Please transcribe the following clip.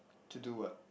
to do what